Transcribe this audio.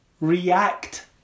react